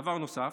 דבר נוסף,